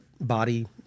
body